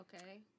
Okay